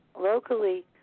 locally